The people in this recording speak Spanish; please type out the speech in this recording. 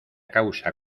causa